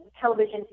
television